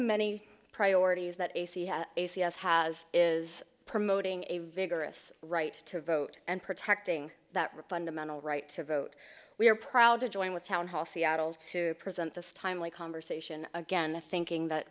many priorities that a c s has is promoting a vigorous right to vote and protecting that refund amental right to vote we are proud to join with town hall seattle to present this timely conversation again to thinking that